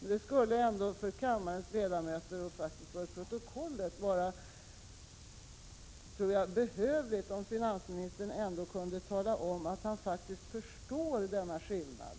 Det skulle vara behövligt för kammarens ledamöter och för protokollet att finansministern ändå talade om att han faktiskt förstår denna skillnad.